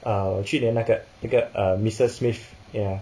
err 去年那个那个 uh missus smith ya